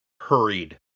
hurried